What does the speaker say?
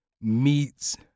meets